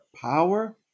power